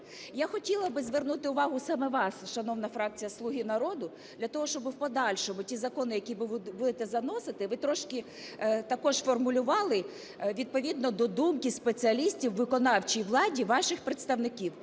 Я хотіла би звернути увагу саме вас, шановна фракція "Слуга народу", для того, щоб в подальшому ті закони, які ви будете заносити, ви трошки також формулювали відповідно до думки спеціалістів у виконавчій владі ваших представників.